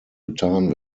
getan